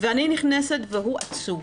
ואני נכנסת והוא עצוב.